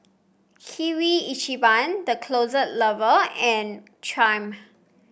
Kirin Ichiban The Closet Lover and Triumph